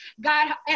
God